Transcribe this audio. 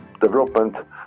development